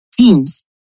teams